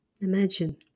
Imagine